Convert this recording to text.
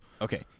Okay